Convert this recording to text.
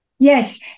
Yes